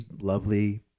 lovely